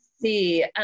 see